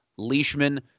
leishman